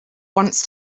once